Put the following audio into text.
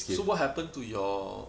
so what happened to your